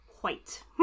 white